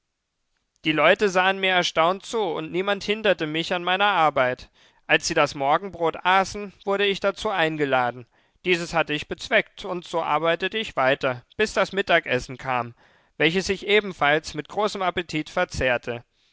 die leute sahen mir erstaunt zu und niemand hinderte mich an meiner arbeit als sie das morgenbrot aßen wurde ich dazu eingeladen dieses hatte ich bezweckt und so arbeitete ich weiter bis das mittagessen kam welches ich ebenfalls mit großem appetit verzehrte